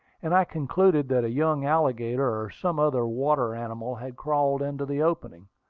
and i concluded that a young alligator, or some other water animal, had crawled into the opening.